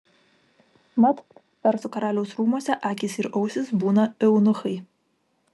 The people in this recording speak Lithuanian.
mat persų karaliaus rūmuose akys ir ausys būna eunuchai